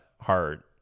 hard